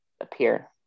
appear